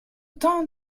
temps